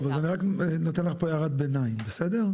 אז אני רק נותן לך פה הערת ביניים, בסדר?